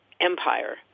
empire